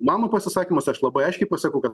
mano pasisakymas aš labai aiškiai pasakau kad